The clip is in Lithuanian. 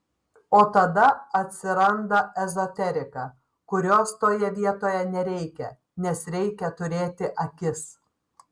o tada atsiranda ezoterika kurios toje vietoje nereikia nes reikia turėti akis